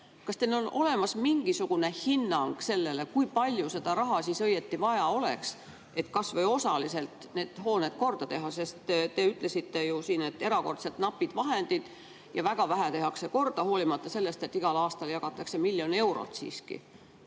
Kas teil on olemas mingisugune hinnang selle kohta, kui palju seda raha siis õieti vaja oleks, et kas või osaliselt need hooned korda teha? Te ütlesite siin, et on erakordselt napid vahendid ja väga vähe tehakse korda, hoolimata sellest et igal aastal jagatakse miljon eurot.